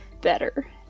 Better